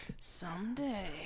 Someday